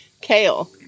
Kale